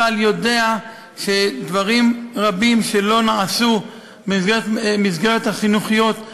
צה"ל יודע שדברים רבים שלא נעשו במסגרות החינוכיות,